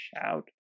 shout